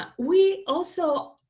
we also,